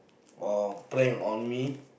or playing on me